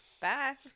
Bye